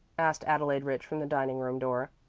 asked adelaide rich from the dining-room door.